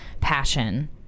passion